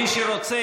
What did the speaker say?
מי שרוצה,